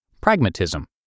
pragmatism